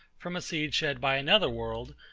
from a seed shed by another world,